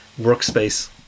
workspace